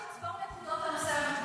צריכה לצבור נקודות הנוסע המתמיד.